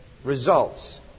Results